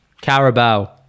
Carabao